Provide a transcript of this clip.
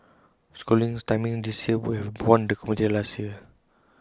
schooling's timing this year would have won the competition last year